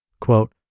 quote